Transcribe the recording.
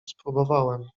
spróbowałem